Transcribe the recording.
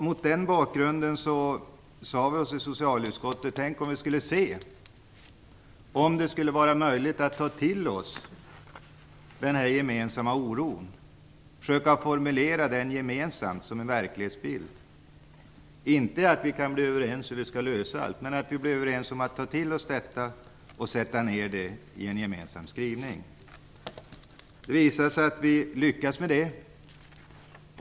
Mot den bakgrunden sade vi oss i socialutskottet att vi skulle se om det är möjligt för oss att ta till sig den här gemensamma oron och försöka formulera den gemensamt som en verklighetsbild. Vi kan nog inte bli överens om hur vi skall lösa alla problem, men vi kan komma överens om att ta till oss det här och göra en gemensam skrivning. Det visar sig att vi har lyckats med det.